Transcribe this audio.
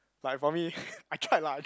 like for me I tried lah I try